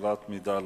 (מסירת מידע להורה).